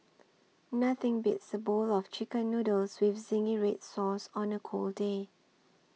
nothing beats a bowl of Chicken Noodles with Zingy Red Sauce on a cold day